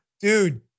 dude